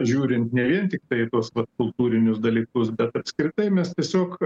žiūrint ne vien tiktai į tuos kultūrinius dalykus bet apskritai mes tiesiog